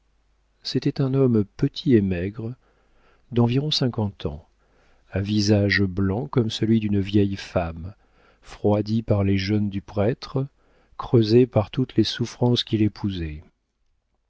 c'était un homme petit et maigre d'environ cinquante ans à visage blanc comme celui d'une vieille femme froidi par les jeûnes du prêtre creusé par toutes les souffrances qu'il épousait